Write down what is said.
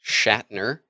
shatner